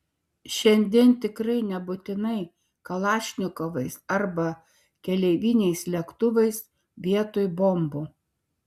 šiandien tikrai nebūtinai kalašnikovais arba keleiviniais lėktuvais vietoj bombų